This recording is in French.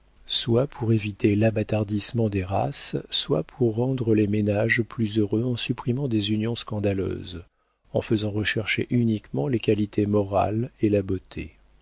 soit pour éviter l'abâtardissement des races soit pour rendre les ménages plus heureux en supprimant des unions scandaleuses en faisant rechercher uniquement les qualités morales et la beauté